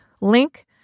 link